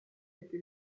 piefke